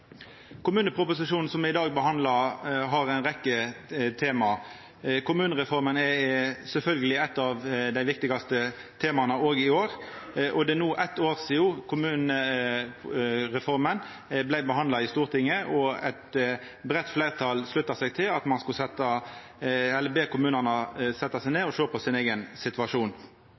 Kommuneproposisjonen som me i dag behandlar, har ei rekkje tema. Kommunereforma er sjølvsagt eit av dei viktigaste temaa òg i år, og det er no eitt år sidan kommunereforma vart behandla i Stortinget. Eit breitt fleirtal slutta seg til at me skulle be kommunane setja seg ned og sjå på eigen situasjon.